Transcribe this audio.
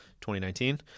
2019